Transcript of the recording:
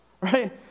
right